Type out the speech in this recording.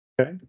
Okay